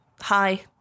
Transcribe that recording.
hi